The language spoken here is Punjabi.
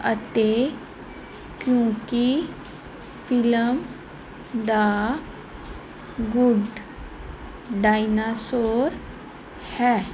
ਅਤੇ ਕਿਉਂਕਿ ਫਿਲਮ ਦ ਗੁੱਡ ਡਾਇਨਾਸੋਰ ਹੈ